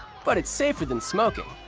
but it's safer than smoking.